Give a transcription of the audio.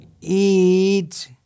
eat